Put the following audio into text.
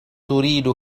تريد